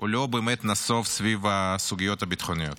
לא באמת נסב סביב הסוגיות הביטחוניות.